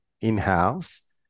in-house